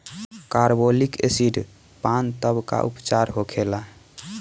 Carbolic acid पान तब का उपचार होखेला?